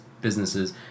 businesses